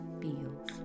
feels